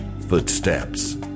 footsteps